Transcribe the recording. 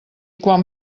quan